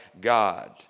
God